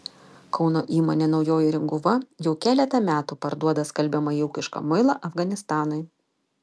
kauno įmonė naujoji ringuva jau keletą metų parduoda skalbiamąjį ūkišką muilą afganistanui